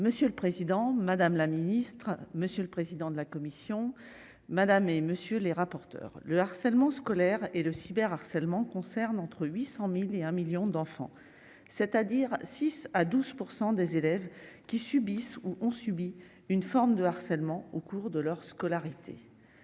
Monsieur le président, madame la ministre, monsieur le président de la commission madame et monsieur les rapporteurs le harcèlement scolaire et le cyber harcèlement concerne entre 800000 et 1 1000000 d'enfants, c'est-à-dire 6 à 12 % des élèves qui subissent ou ont subi une forme de harcèlement au cours de leur scolarité,